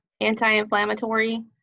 anti-inflammatory